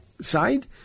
side